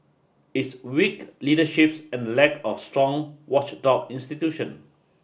it's weak leaderships and lack of strong watchdog institution